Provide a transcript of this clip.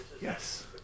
Yes